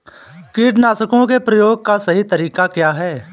कीटनाशकों के प्रयोग का सही तरीका क्या है?